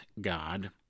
God